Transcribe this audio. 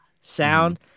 sound